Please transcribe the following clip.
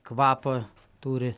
kvapą turi